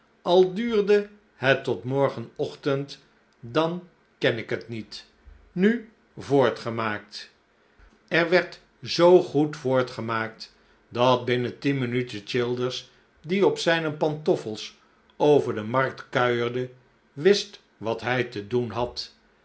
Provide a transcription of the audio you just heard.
al duurde het tot morgenochtend dan ken ik het niet nu voortgemaakt er werd zoo goed voortgemaakt datbinnen tien minuten childers die op zijne pantoffels over de markt kuierde wist wat hij te doen had